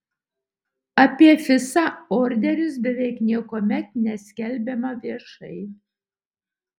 apie fisa orderius beveik niekuomet neskelbiama viešai